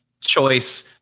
choice